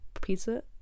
pizza